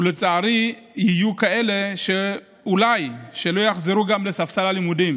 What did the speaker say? ולצערי יהיו כאלה שאולי גם לא יחזרו לספסל הלימודים.